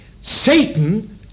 Satan